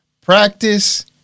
practice